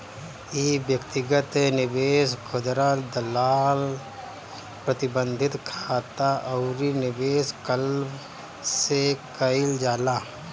इ व्यक्तिगत निवेश, खुदरा दलाल, प्रतिबंधित खाता अउरी निवेश क्लब से कईल जाला